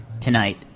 tonight